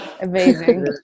Amazing